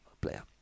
player